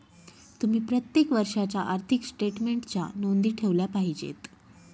तुम्ही प्रत्येक वर्षाच्या आर्थिक स्टेटमेन्टच्या नोंदी ठेवल्या पाहिजेत